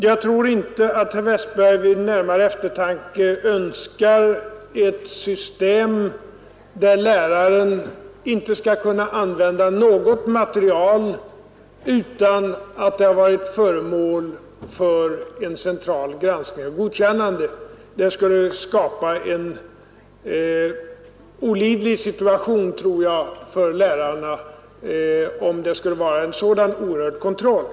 Jag tror inte att herr Westberg vid närmare eftertanke önskar ett system, där läraren inte skall kunna använda något material utan att detta varit föremål för central granskning och godkännande; det skulle skapa en olidlig situation för lärarna med en sådan oerhörd kontroll.